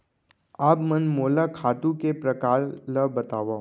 आप मन मोला खातू के प्रकार ल बतावव?